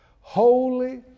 holy